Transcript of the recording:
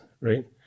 right